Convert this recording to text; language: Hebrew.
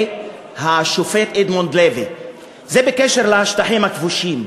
השופט אדמונד לוי בקשר לשטחים הכבושים,